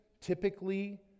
typically